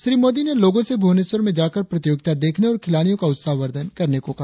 श्री मोदी ने लोगों से भुवनेश्वर में जाकर प्रतियोगिता देखने और खिलाड़ियों का उत्साह वर्धन करने को कहा